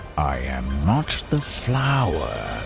i am not the flower,